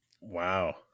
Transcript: wow